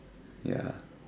ya